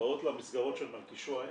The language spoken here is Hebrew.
באים למסגרות של מלכישוע,